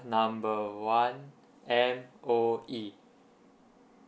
number one M_O_E